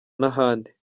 n’ahandi